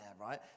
right